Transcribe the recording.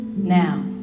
Now